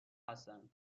هستند